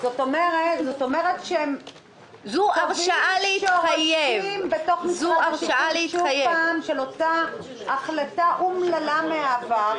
הוציא חוות דעת ששמנו אותה על שולחן הוועדה.